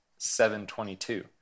7.22